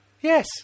yes